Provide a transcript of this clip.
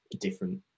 different